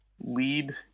lead